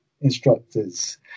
instructors